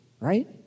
right